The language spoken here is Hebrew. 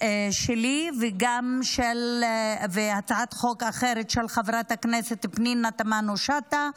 שלי והצעת חוק אחרת של חברת הכנסת פנינה תמנו שטה,